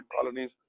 colonies